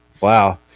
Wow